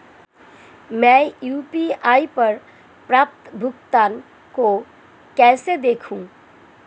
मैं यू.पी.आई पर प्राप्त भुगतान को कैसे देखूं?